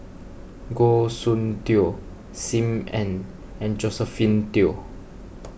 Goh Soon Tioe Sim Ann and Josephine Teo